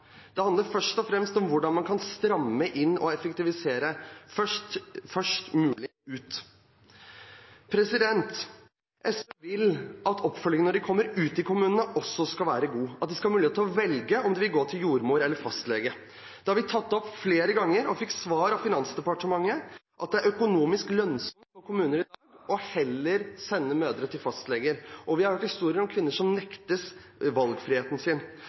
handler først og fremst om hvordan man kan stramme inn og effektivisere» – tidligst mulig ut. SV vil at også oppfølgingen når de kommer ut i kommunene, skal være god, at de skal ha mulighet til å velge om de vil gå til jordmor eller til fastlege. Det har vi tatt opp flere ganger og har fått svar av Finansdepartementet om at det er økonomisk lønnsomt for kommuner heller å sende mødre til fastleger. Vi har hørt historier om kvinner som nektes